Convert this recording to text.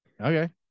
Okay